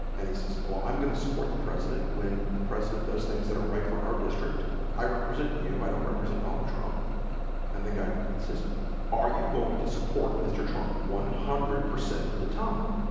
and he says well, i'm gonna support the president when the president does things that are right for our district i represent you i don't represent donald trump and the guy and says are you going to support mr. trump? one hundred percent of the time